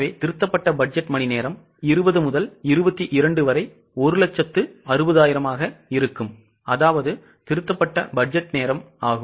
எனவே திருத்தப்பட்ட பட்ஜெட் மணிநேரம் 20 முதல் 22 வரை 160000 ஆக இருக்கும்அதாவது திருத்தப்பட்ட பட்ஜெட் நேரம் ஆகும்